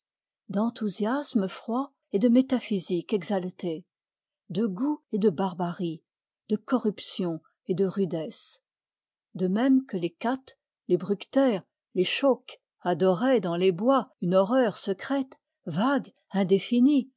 d'enthousiasme froid et de métaphysique exaltée de goût et de barbarie de corruption et de rudesse de même que les cattes les bructères les chauques adoroient dans les bois une horreur secrète vague indéfinie